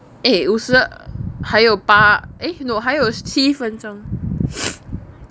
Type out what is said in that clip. eh 五十还有八 eh no 还有七分钟